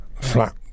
flat